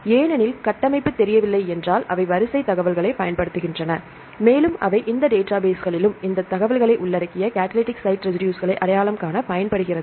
ஏனெனில் கட்டமைப்பு தெரியவில்லை என்றால் அவை வரிசை தகவல்களைப் பயன்படுத்துகின்றன மேலும் அவை இந்த டேட்டாபேஸ்களிலும் அந்த தகவலை உள்ளடக்கிய கடலிடிக் சைட் ரெசிடுஸ்களை அடையாளம் காண பயன்படுகிறது